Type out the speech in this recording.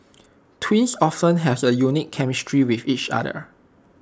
twins often have A unique chemistry with each other